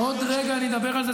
עוד רגע אני אדבר על זה.